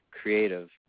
creative